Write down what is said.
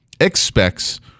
expects